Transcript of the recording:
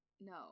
No